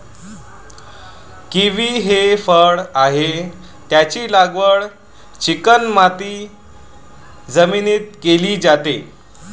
kiwi हे फळ आहे, त्याची लागवड चिकणमाती जमिनीत केली जाते